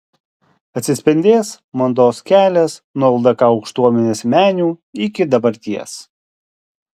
atsispindės mados kelias nuo ldk aukštuomenės menių iki dabarties